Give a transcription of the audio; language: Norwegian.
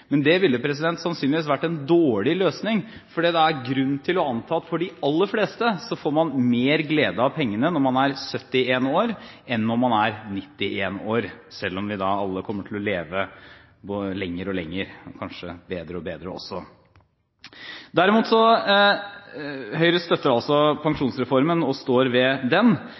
Men det ville sannsynligvis vært en dårlig løsning, for det er grunn til å anta at de aller fleste får mer glede av pengene når man er 71 år, enn når man er 91 år, selv om vi alle kommer til å leve lenger og lenger – og kanskje også bedre og bedre. Høyre støtter altså pensjonsreformen og står ved den.